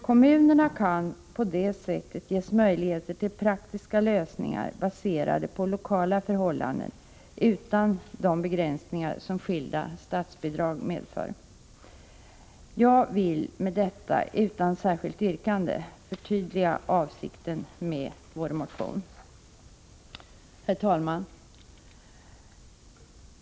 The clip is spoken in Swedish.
Kommunerna kan på det sättet ges möjlighet till praktiska lösningar, baserade på lokala förhållanden, utan de begränsningar som skilda statsbidrag medför. Jag vill med detta utan särskilt yrkande förtydliga avsikten med motionen. Herr talman!